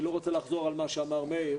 אני לא רוצה לחזור על מה שאמר מאיר